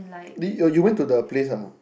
did oh you went to the place ah